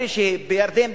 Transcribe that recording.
אלה שבירדן,